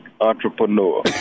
entrepreneur